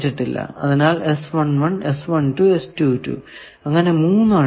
അതിനാൽ അങ്ങനെ 3 അൺ നോൺ